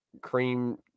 cream